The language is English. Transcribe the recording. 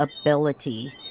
ability